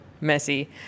messy